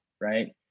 right